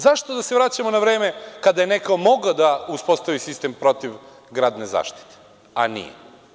Zašto da se vraćamo na vreme kada je neko mogao da uspostavi sistem protivgradne zaštite, a nije?